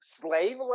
slave